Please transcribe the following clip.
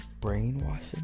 brainwashing